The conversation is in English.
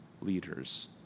leaders